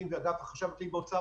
התרשמנו שבאוצר